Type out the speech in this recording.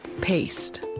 paste